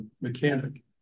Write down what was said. mechanic